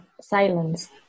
silence